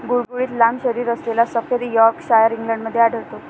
गुळगुळीत लांब शरीरअसलेला सफेद यॉर्कशायर इंग्लंडमध्ये आढळतो